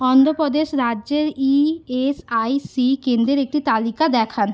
অন্ধ্র প্রদেশ রাজ্যে ইএসআইসি কেন্দ্রের একটি তালিকা দেখান